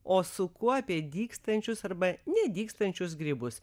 o su kuo apie dygstančius arba ne dygstančius grybus